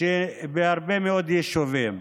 בהרבה מאוד יישוביים.